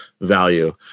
value